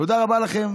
תודה רבה לכם